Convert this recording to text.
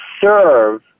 serve